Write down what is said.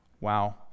Wow